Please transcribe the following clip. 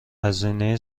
هزینه